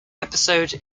episode